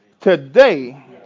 today